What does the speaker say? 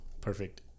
Perfect